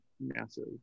massive